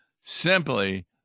simply